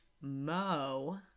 Mo